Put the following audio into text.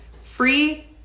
free